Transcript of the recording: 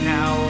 Now